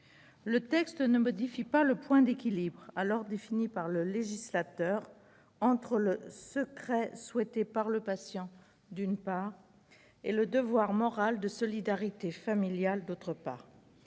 Le texte ne modifie pas le point d'équilibre alors défini par le législateur entre le secret souhaité par le patient, d'une part, et le devoir moral de solidarité familiale, d'autre part.